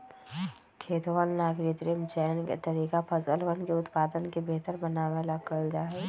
खेतवन ला कृत्रिम चयन के तरीका फसलवन के उत्पादन के बेहतर बनावे ला कइल जाहई